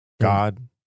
god